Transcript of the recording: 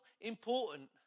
important